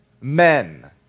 men